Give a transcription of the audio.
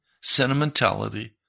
sentimentality